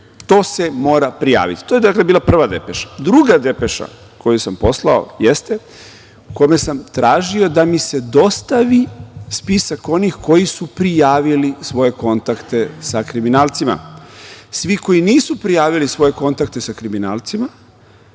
To se mora prijaviti. To je, dakle, bila prva depeša. Druga depeša koju sam poslao jeste u kojoj sam tražio da mi se dostavi spisak onih koji su prijavili svoje kontakte sa kriminalcima. Svi koji nisu prijavili svoje kontakte sa kriminalcima,